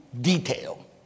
detail